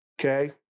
okay